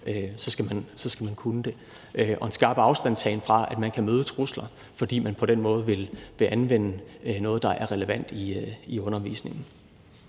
så skal man kunne det, og en skarp afstandtagen fra, at man kan møde trusler, fordi man på den måde vil anvende noget, der er relevant i undervisningen.